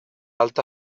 alta